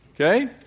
okay